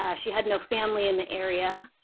ah she had no family in the area.